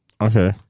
Okay